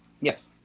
Yes